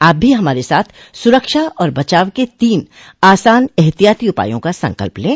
आप भी हमारे साथ सुरक्षा और बचाव के तीन आसान एहतियाती उपायों का संकल्प लें